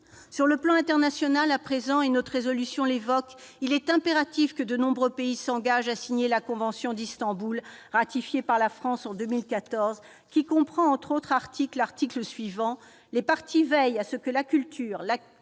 Sur le plan international à présent- notre proposition de résolution l'évoque -, il est impératif que de nombreux pays s'engagent à signer la convention d'Istanbul, ratifiée par la France en 2014 et qui comprend notamment l'article suivant :« Les parties veillent à ce que la culture, la coutume,